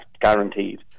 guaranteed